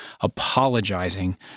apologizing